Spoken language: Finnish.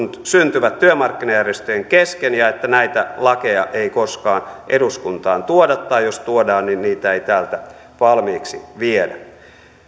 syntyvät työmarkkinajärjestöjen kesken ja että näitä lakeja ei koskaan eduskuntaan tuoda tai jos tuodaan niin niitä ei täältä valmiiksi viedä